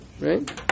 Right